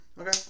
Okay